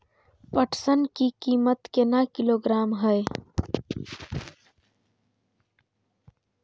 पटसन की कीमत केना किलोग्राम हय?